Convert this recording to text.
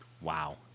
Wow